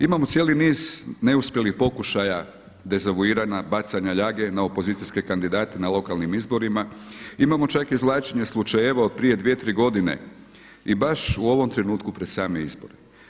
Imamo cijeli niz neuspjelih pokušaja dezavuiranja, bacanja ljage na opozicijske kandidate na lokalnim izborima, imamo čak izvlačenje slučajeva od prije dvije, tri godine i baš u ovom trenutku pred same izbore.